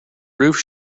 roof